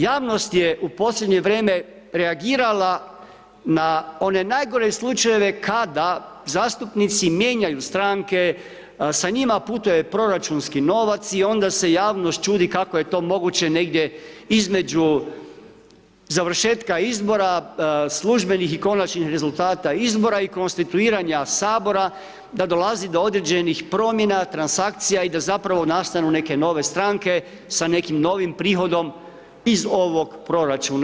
Javnost je u posljednje vrijeme reagirala na one najgore slučajeve kada zastupnici mijenjaju stranke, sa njim putuje proračunski novac i onda se javnost čudi kako je to moguće negdje između završetka izbora, službenih i konačnih rezultata izbora i konstituiranja Sabora da dolazi do određenih promjena, transakcija i da zapravo nastanu neke nove stranke sa nekim novim prihodom iz ovog proračuna.